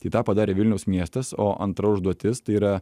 tai tą padarė vilniaus miestas o antra užduotis tai yra